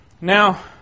Now